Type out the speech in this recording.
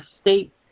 state